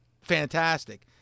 fantastic